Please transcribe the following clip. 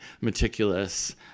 meticulous